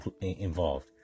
involved